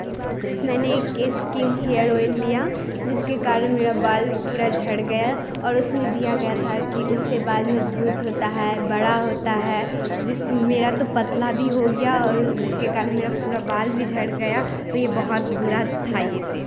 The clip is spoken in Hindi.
मैंने एक केश किंग हेयर ऑयल लिया जिसके कारण मेरा बाल पूरा झड़ गया और उसमें दिया गया था कि उसे बाल मज़बूत होता है बड़ा होता है जिस मेरा तो पतला भी हो गया और जिसके कारण मेरा पूरा बाल भी झड़ गया तो यह बहुत बुरा था यह तेल